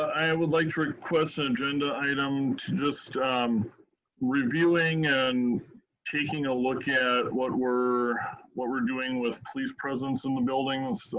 i would like to request an agenda item to just um reviewing and taking a look at what we're what we're doing with police presence in the buildings,